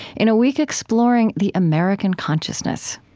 in a week exploring the american consciousness.